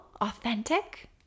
authentic